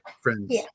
friends